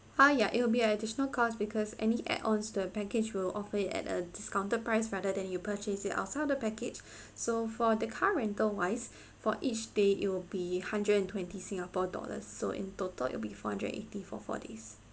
uh ya it will be at additional cost because any add ons the package will offer it at a discounted price rather than you purchase it outside of the package so for the car rental wise for each day it will be hundred and twenty singapore dollars so in total it will be four hundred and eighty for four days